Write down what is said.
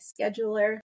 scheduler